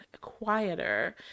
quieter